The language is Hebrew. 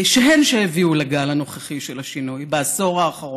שהן שהביאו לגל הנוכחי של השינוי בעשור האחרון,